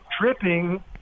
dripping